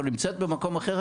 או נמצאת במקום אחר,